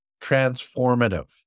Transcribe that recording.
transformative